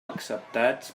acceptats